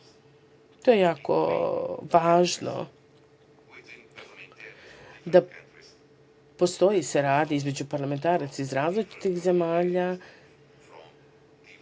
To je jako važno da postoji saradnja između parlamentaraca iz različitih zemalja